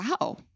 wow